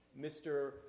Mr